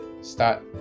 start